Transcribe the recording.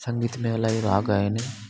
संगीत में अलाई राग आहिनि